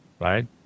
right